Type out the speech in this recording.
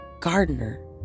gardener